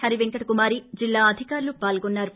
హరి పెంకట కుమారిజిల్లా అధికారులు పాల్గొన్నారు